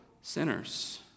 sinners